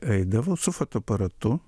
eidavau su fotoaparatu